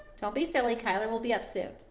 don't be silly kyler will be up soon.